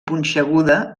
punxeguda